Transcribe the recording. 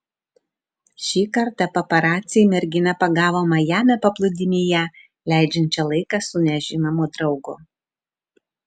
šį kartą paparaciai merginą pagavo majamio paplūdimyje leidžiančią laiką su nežinomu draugu